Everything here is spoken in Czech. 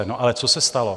No ale co se stalo?